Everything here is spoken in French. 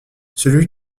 celui